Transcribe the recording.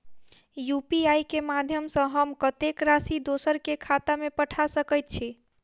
UPI केँ माध्यम सँ हम कत्तेक राशि दोसर केँ खाता मे पठा सकैत छी?